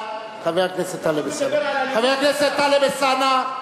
חבר הכנסת טלב אלסאנע.